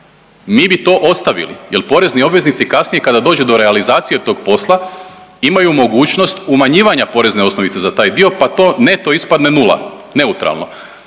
mi bi to ostavili jel porezni obveznici kasnije kada dođe do realizacije tog posla imaju mogućnost umanjivanja porezne osnovice za taj dio, pa to neto ispadne nula, neutralno.